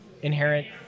Inherent